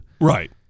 right